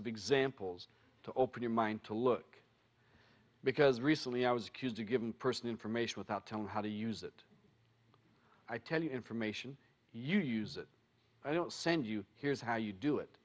of examples to open your mind to look because recently i was accused of giving person information without telling how to use it i tell you information you use it i don't send you here's how you do it